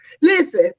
listen